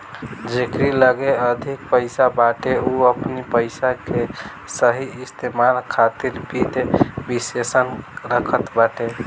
जेकरी लगे अधिक पईसा बाटे उ अपनी पईसा के सही इस्तेमाल खातिर वित्त विशेषज्ञ रखत बाटे